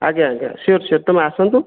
ଆଜ୍ଞା ଆଜ୍ଞା sure sure ତୁମେ ଆସନ୍ତୁ